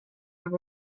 have